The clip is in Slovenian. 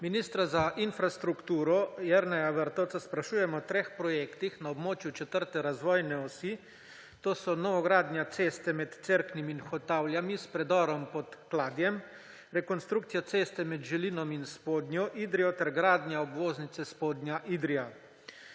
Ministra za infrastrukturo Jerneja Vrtovca sprašujem o treh projektih na območju četrte razvojne osi. To so novogradnja ceste med Cerknim in Hotavljami s predorom pod Kladjem, rekonstrukcija ceste med Želinom in Spodnjo Idrijo ter gradnja obvoznice Spodnja Idrija.